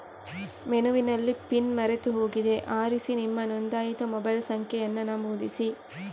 ಮೆನುವಿನಲ್ಲಿ ಪಿನ್ ಮರೆತು ಹೋಗಿದೆ ಆರಿಸಿ ನಿಮ್ಮ ನೋಂದಾಯಿತ ಮೊಬೈಲ್ ಸಂಖ್ಯೆಯನ್ನ ನಮೂದಿಸಿ